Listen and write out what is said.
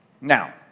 Now